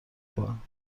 کنند